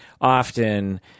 often